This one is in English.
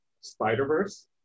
Spider-Verse